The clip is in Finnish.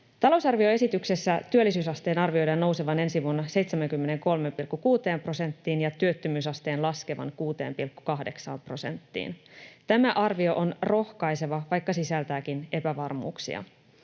Talousarvioesityksessä työllisyysasteen arvioidaan nousevan ensi vuonna 73,6 prosenttiin ja työttömyysasteen laskevan 6,8 prosenttiin. Tämä arvio on rohkaiseva, vaikka sisältääkin epävarmuuksia